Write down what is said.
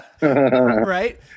Right